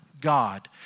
God